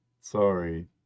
Sorry